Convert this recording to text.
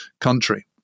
country